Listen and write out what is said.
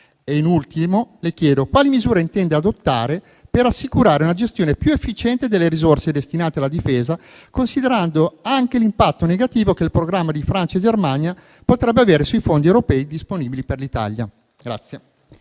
In ultimo, le chiedo quali misure intende adottare per assicurare una gestione più efficiente delle risorse destinate alla difesa, considerando anche l'impatto negativo che il programma di Francia e Germania potrebbe avere sui fondi europei disponibili per l'Italia.